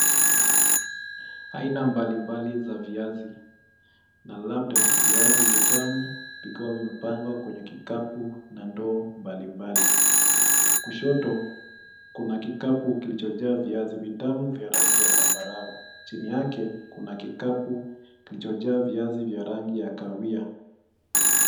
Aina mbalimbali za viazi labda viazi vitamu vikiwa vimepangwa kwa vikapu na ndoo mbalimbali , kushoto kuna kikapu kilicho jaa viazi vitamu vya rangi ya zambarau, chini yake kuna kikapu kilicho jaa viazi vya rangi ya kahawia.